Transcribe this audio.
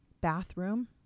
bathroom